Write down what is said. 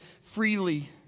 freely